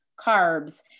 carbs